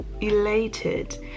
elated